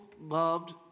loved